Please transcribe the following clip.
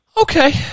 Okay